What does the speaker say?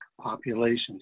populations